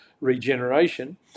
regeneration